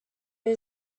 new